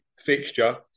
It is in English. fixture